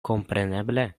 kompreneble